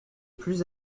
plus